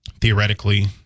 theoretically